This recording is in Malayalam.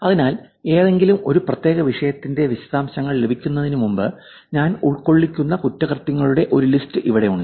അതിനാൽ ഏതെങ്കിലും ഒരു പ്രത്യേക വിഷയത്തിന്റെ വിശദാംശങ്ങൾ ലഭിക്കുന്നതിന് മുമ്പ് ഞാൻ ഉൾക്കൊള്ളിക്കുന്ന കുറ്റകൃത്യങ്ങളുടെ ഒരു ലിസ്റ്റ് ഇവിടെയുണ്ട്